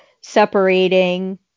separating